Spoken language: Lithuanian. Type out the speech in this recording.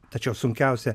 tačiau sunkiausia